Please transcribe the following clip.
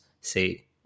say